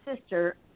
sister